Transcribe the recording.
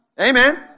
Amen